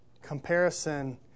comparison